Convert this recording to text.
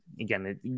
again